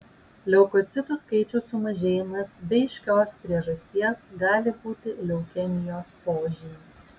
leukocitų skaičiaus sumažėjimas be aiškios priežasties gali būti leukemijos požymis